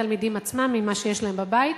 על-ידי התלמידים עצמם ממה שיש להם בבית,